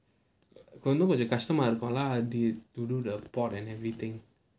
கொஞ்சம் கொஞ்சம் கஷ்டமா இருக்கும்ல:konjam konjam kashtamaa irukkumla I_D to do the port and everything